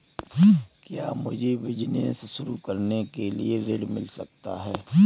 क्या मुझे बिजनेस शुरू करने के लिए ऋण मिल सकता है?